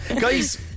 Guys